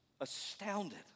astounded